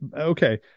okay